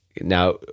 Now